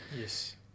Yes